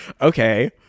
Okay